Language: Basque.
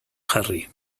jarri